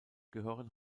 gehören